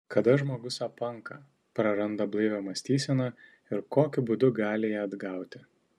kada žmogus apanka praranda blaivią mąstyseną ir kokiu būdu gali ją atgauti